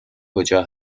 کجا